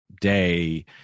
day